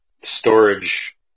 storage